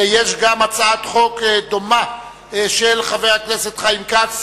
יש גם הצעת חוק דומה של חבר הכנסת חיים כץ,